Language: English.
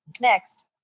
Next